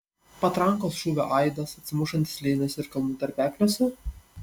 patrankos šūvio aidas atsimušantis slėniuose ir kalnų tarpekliuose